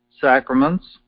sacraments